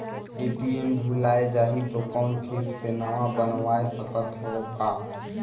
ATM भुलाये जाही तो कौन फिर से नवा बनवाय सकत हो का?